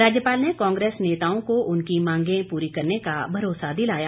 राज्यपाल ने कांग्रेस नेताओं को उनकी मांगे पूरी करने का भरोसा दिलाया